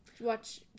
Watch